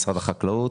משרד החקלאות,